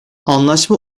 anlaşma